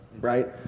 right